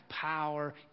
power